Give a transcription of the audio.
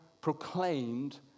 proclaimed